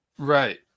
right